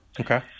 Okay